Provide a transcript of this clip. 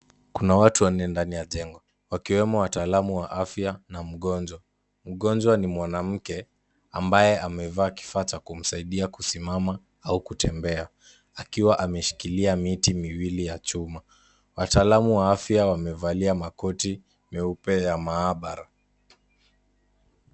Kuna watu wanne ndani ya jengo, wakiwemo wataalamu wa afya na mgonjwa. Mgonjwa ni mwanamke, ambaye amevaa kifaa cha kumsaidia kusimama au kutembea. Akiwa ameshikilia miti miwili ya chuma, wataalamu wa afya wamevalia makoti meupe ya maabara.